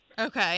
Okay